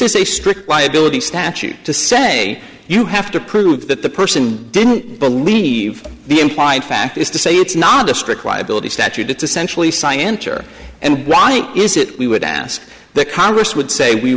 is a strict liability statute to say you have to prove that the person didn't believe the implied fact is to say it's not a strict liability statute it's essentially scienter and why is it we would ask the congress would say we